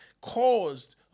caused